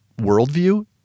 worldview